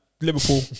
Liverpool